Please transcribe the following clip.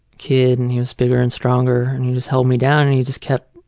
kid, and he was bigger and stronger. and he just held me down and he just kept